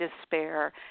despair